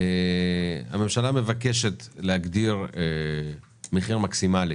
הממשלה מבקשת להגדיר מחיר מקסימלי